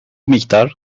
miktar